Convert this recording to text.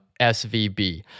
svb